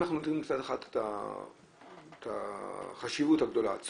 אם אנחנו יודעים מצד אחד את החשיבות והצורך,